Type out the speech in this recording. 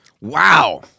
Wow